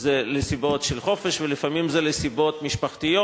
זה לסיבות של חופש ולפעמים זה לסיבות משפחתיות.